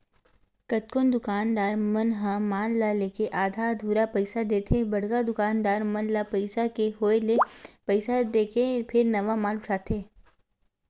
कतकोन दुकानदार मन ह माल ल लेके आधा अधूरा पइसा देथे बड़का दुकानदार मन ल पइसा के होय ले पइसा देके फेर नवा माल उठाथे